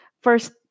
first